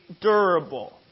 durable